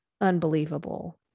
Unbelievable